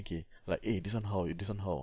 okay like eh this one how this [one] how